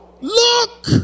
Look